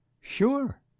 Sure